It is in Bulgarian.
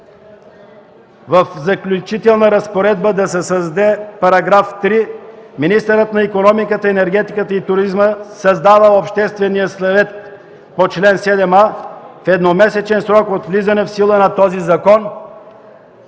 в заключителна разпоредба да се създаде § 3: „§ 3. Министърът на икономиката, енергетиката и туризма създава Обществения съвет по чл. 7а в едномесечен срок от влизане в сила на този закон”,